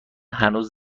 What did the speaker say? هنوز